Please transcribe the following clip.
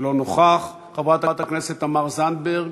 לא נוכח, חברת הכנסת תמר זנדברג,